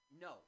No